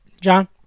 John